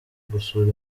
gusura